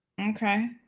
Okay